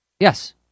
Yes